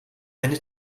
eine